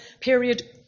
period